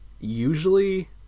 Usually